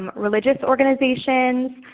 religious organizations,